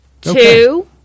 two